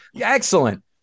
Excellent